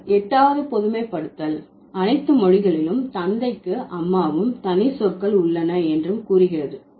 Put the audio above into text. பின்னர் 8வது பொதுமைப்படுத்தல் அனைத்து மொழிகளிலும் தந்தைக்கு அம்மாவும் தனி சொற்கள் உள்ளன என்றும் கூறுகிறது